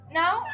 now